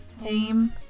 name